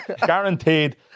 Guaranteed